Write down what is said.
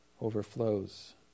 Overflows